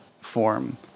form